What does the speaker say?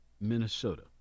Minnesota